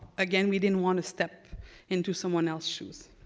again, we didn't want to step into someone else's shoes.